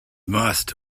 must